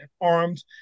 armed